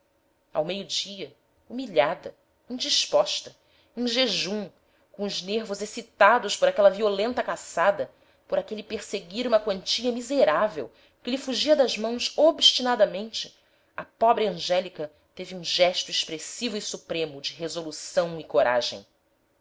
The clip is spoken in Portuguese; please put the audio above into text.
ao meio-dia humilhada indisposta em jejum com os nervos excitados por aquela violenta caçada por aquele perseguir uma quantia miserável que lhe fugia das mãos obstinadamente a pobre angélica teve um gesto expressivo e supremo de resolução e coragem